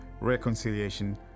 reconciliation